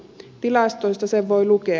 tilastoista sen voi lukea